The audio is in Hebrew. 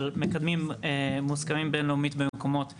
על מקדמים מוסכמים בין-לאומית במקומות שלא,